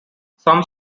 some